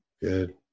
Good